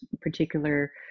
particular